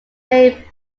made